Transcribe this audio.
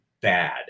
bad